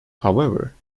however